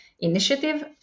initiative